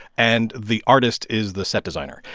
and the artist is the set designer.